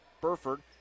Burford